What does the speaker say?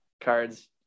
cards